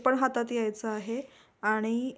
पण हातात यायचं आहे आणि